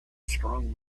strong